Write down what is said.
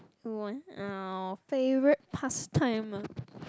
one favourite pastime ah